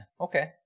okay